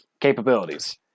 capabilities